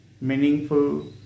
meaningful